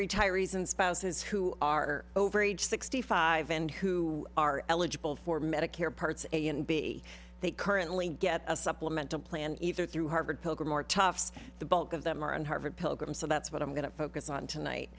retirees and spouses who are over age sixty five and who are eligible for medicare parts a and b they currently get a supplemental plan either through harvard pilgrim or toughs the bulk of them are in harvard pilgrim so that's what i'm going to focus on tonight